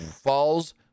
falls